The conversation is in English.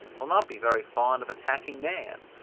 will not be very fond of attacking man,